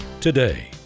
today